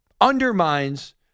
Undermines